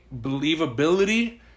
believability